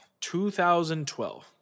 2012